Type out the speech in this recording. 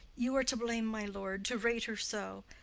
you are to blame, my lord, to rate her so.